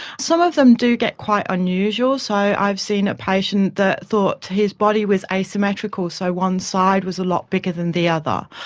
some of them do get quite unusual so i've seen a patient that thought his body was asymmetrical so one side was a lot bigger than the other.